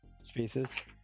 species